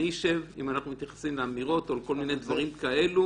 אשב אם אנחנו מתייחסים לאמירות או דברים כאלה